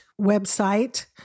website